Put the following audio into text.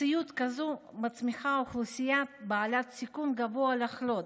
מציאות כזו מצמיחה אוכלוסייה בעלת סיכון גבוה לחלות.